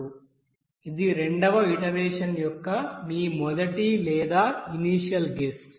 5402 ఇది రెండవ ఇటరేషన్ యొక్క మీ మొదటి లేదా ఇనీషియల్ గెస్